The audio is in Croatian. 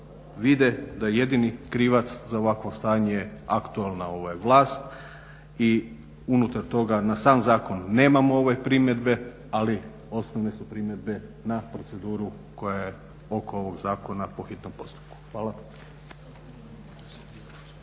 vide da je jedini krivac za ovakvo stanje aktualna vlast i unutar toga na sam zakon nemamo primjedbe, ali osnovne su primjedbe na proceduru koja je oko ovog zakona po hitnom postupku. Hvala.